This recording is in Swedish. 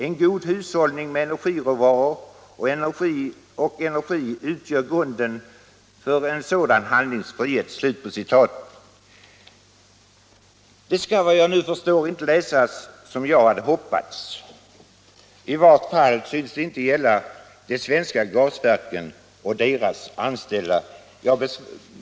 En god hushållning med energiråvaror och energi utgör grunden för en sådan handlingsfrihet.” Detta skall, såvitt jag nu kan förstå, inte läsas som jag hade hoppats. I varje fall synes det inte gälla de svenska gasverken och deras anställda.